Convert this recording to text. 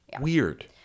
Weird